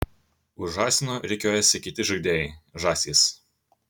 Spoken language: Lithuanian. už žąsino rikiuojasi kiti žaidėjai žąsys